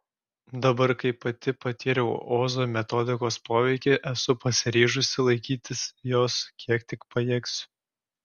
dabar kai pati patyriau ozo metodikos poveikį esu pasiryžusi laikytis jos kiek tik pajėgsiu